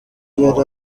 yari